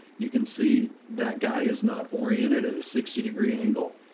you can see that guy is not oriented at a sixty degree angle.